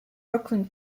brooklyn